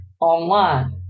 online